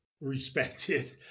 respected